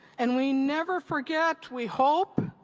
and we never forget, we hope,